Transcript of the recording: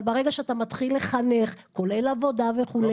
אבל ברגע שאתה מתחיל לחנך, כולל עבודה וכו'.